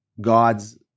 God's